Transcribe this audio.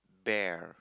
dare